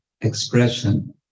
expression